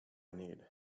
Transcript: need